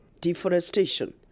Deforestation